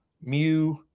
mu